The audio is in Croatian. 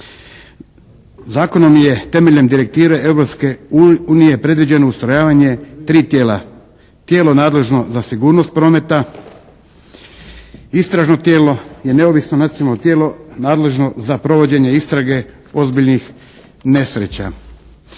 Zakonom je temeljem direktive Europske unije predviđeno ustrojavanje 3 tijela. Tijelo nadležno za sigurnost prometa. Istražno tijelo je neovisno nacionalno tijelo nadležno za provođenje istrage ozbiljnih nesreća.